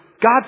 God